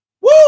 Woo